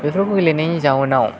बेफोरखौ गेलेनायनि जाहोनाव